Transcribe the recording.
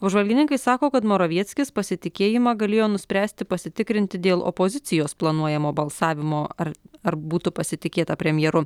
apžvalgininkai sako kad moravieckis pasitikėjimą galėjo nuspręsti pasitikrinti dėl opozicijos planuojamo balsavimo ar ar būtų pasitikėta premjeru